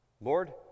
Lord